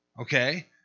okay